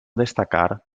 destacar